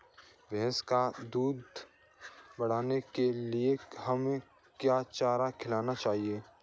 भैंस का दूध बढ़ाने के लिए हमें क्या चारा खिलाना चाहिए?